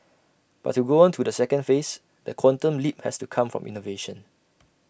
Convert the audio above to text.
but to go on to the second phase the quantum leap has to come from innovation